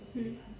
mm